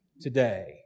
today